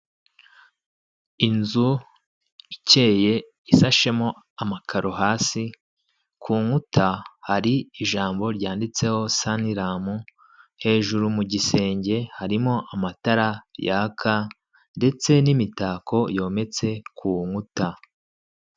Inzu ikeye isashemo amakaro hasi, ku nkuta har’ijambo ryanditseho Sanlam, hejuru mu gisenge harimo amatara yaka ndetse n'imitako yometse ku nkuta.